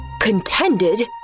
Contended